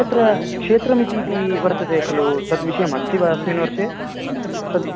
तत्र क्षेत्रमिति इति वर्तते खलु तद् विषयम् अस्ति वा अस्मिन् वर्षे तत्